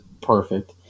perfect